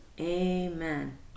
amen